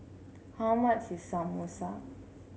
how much is Samosa